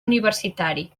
universitari